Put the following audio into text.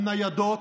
על ניידות,